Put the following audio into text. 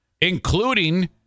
including